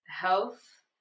health